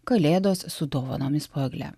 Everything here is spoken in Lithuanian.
kalėdos su dovanomis po egle